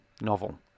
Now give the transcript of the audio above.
novel